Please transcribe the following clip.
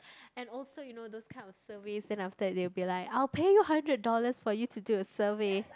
and also you know those kind of service then after they will be like I will pay you hundred dollars for you to do a survey